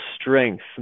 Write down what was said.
strength